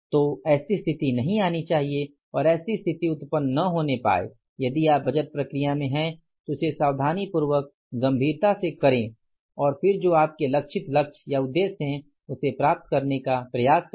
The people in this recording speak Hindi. तो ऐसी स्थिति नही आनी चाहिए और ऐसी स्थिति उत्पन्न न होने पाए यदि आप बजट प्रक्रिया में हैं तो इसे सावधानीपूर्वक गंभीरता से करे और फिर जो आपके लक्षित लक्ष्य या उद्देश्य हैं उसे प्राप्त करने का प्रयास करें